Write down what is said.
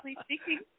speaking